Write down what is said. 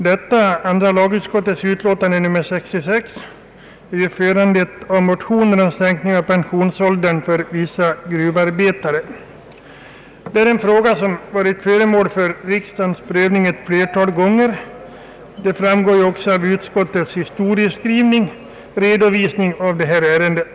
Herr talman! Andra lagutskottets utlåtande nr 66 är föranlett av motioner om sänkning av pensionsåldern för vissa gruvarbetare. Detta är en fråga som har varit föremål för riksdagens prövning ett flertal gånger; det framgår också av utskottets redovisning av detta ärende.